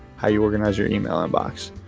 how you organize your email inbox,